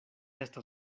estas